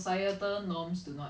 like different knives